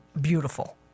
beautiful